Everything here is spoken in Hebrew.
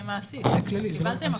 --- אלה כללים.